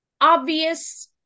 obvious